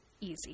easy